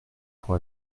pour